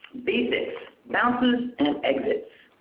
basics bounces and exits.